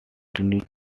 amid